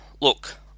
Look